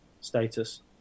status